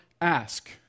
ask